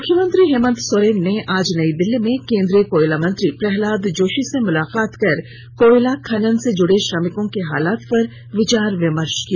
मुख्यमंत्री हेमन्त सोरेन ने आज नई दिल्ली में केंद्रीय कोयला मंत्री प्रह्लाद जोशी से मुलाकात कर कोयला खनन से जुड़े श्रमिकों के हालात पर विचार विमर्श किया